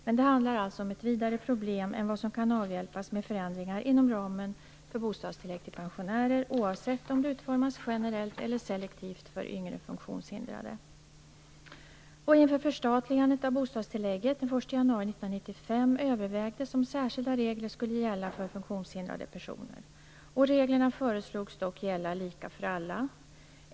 Men det handlar alltså om ett vidare problem än vad som kan avhjälpas med förändringar inom ramen för bostadstillägg till pensionärer - oavsett om det utformas generellt eller selektivt för yngre funktionshindrade. Inför förstatligandet av bostadstillägget den 1 januari 1995 övervägdes om särskilda regler skulle gälla för funktionshindrade personer. Reglerna föreslogs dock gälla lika för alla.